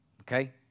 okay